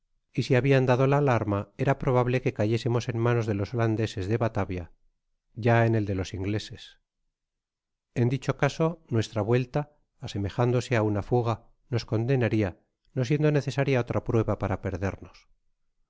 y si habian dado la alarma era probable que cayésemos ya en manos de los holandeses de batavia ya en el de los ingleses en dicho caso nuestra vuelta asemejándose á una fuga nos condenaria no siendo necesaria otra prueba para perdernos por